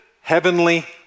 heavenly